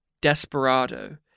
Desperado